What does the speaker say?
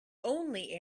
only